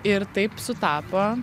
ir taip sutapo